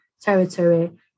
territory